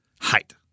Height